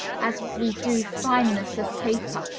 as we do fineness of paper,